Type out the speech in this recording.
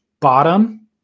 bottom